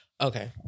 Okay